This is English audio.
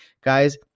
guys